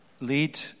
lead